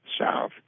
south